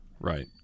Right